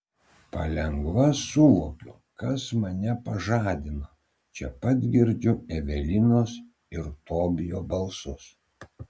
palengva suvokiu kas mane pažadino čia pat girdžiu evelinos ir tobijo balsus